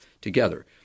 together